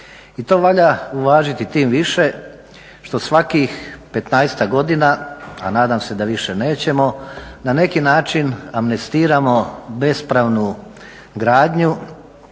I to valja uvažiti tim više što svakih petnaestak godina, a nadam se da više nećemo na neki način amnestiramo bespravnu gradnju.